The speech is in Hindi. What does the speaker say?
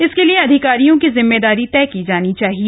इसके लिए अधिकारियों की जिम्मेदारी तय की जानी चाहिए